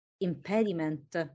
Impediment